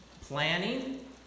Planning